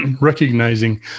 recognizing